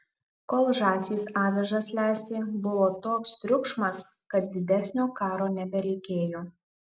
kol žąsys avižas lesė buvo toks triukšmas kad didesnio karo nebereikėjo